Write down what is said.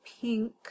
pink